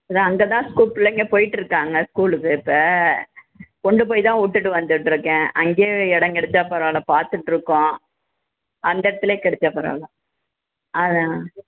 அதுதான் அங்கே தான் ஸ்கூல் பிள்ளைங்க போய்கிட்ருக்காங்க ஸ்கூலுக்கு இப்போ கொண்டு போய் தான் விட்டுட்டு வந்துகிட்ருக்கேன் அங்கியே இடம் கிடச்சா பரவாயில்ல பார்த்துட்ருக்கோம் அந்த இடத்துலையே கிடச்சாப் பரவாயில்ல அதுதான்